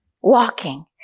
walking